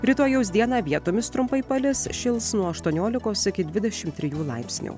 rytojaus dieną vietomis trumpai palis šils nuo aštuoniolikos iki dvidešimt trijų laipsnių